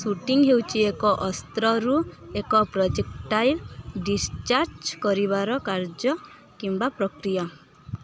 shooting ହେଉଛି ଏକ ଅସ୍ତ୍ରରୁ ଏକ ପ୍ରୋଜେକ୍ଟାଇଲ୍ ଡ଼ିସଚାର୍ଜ କରିବାର କାର୍ଯ୍ୟ କିମ୍ବା ପ୍ରକ୍ରିୟା